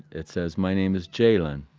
it says, my name is jaylon.